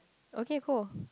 okay cool